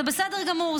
זה בסדר גמור,